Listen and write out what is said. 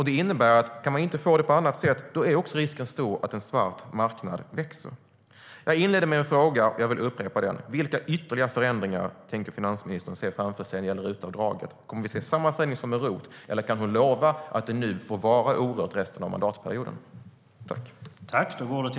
Det innebär att om den hjälpen inte kan fås på annat sätt är också risken stor att en svart marknad växer fram.